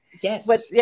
Yes